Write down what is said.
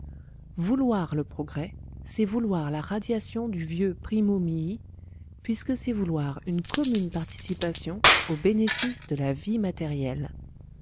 vouloir le progrès c'est vouloir la radiation du vieux primo mihi puisque c'est vouloir une commune participation aux bénéfices de la vie matérielle